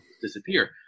disappear